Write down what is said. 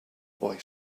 boy